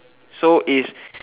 so is